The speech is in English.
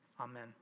Amen